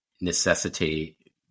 necessitate